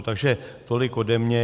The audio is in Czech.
Takže tolik ode mě.